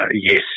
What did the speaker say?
Yes